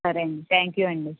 సరే అండీ thank you అండీ